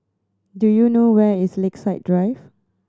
do you know where is Lakeside Drive